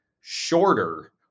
shorter